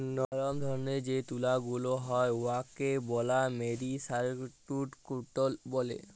লরম ধরলের যে তুলা গুলা হ্যয় উয়াকে ব্যলে মেরিসারেস্জড কটল ব্যলে